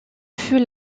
fut